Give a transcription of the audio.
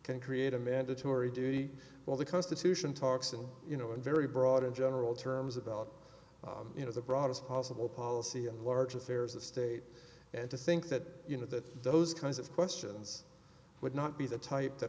can create a mandatory duty while the constitution talks in you know in very broad and general terms about you know the broadest possible policy and large affairs of state and to think that you know that those kinds of questions would not be the type that